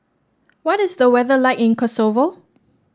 what is the weather like in Kosovo